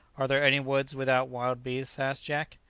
are there any woods without wild beasts? asked jack.